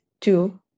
two